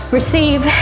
Receive